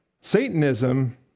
Satanism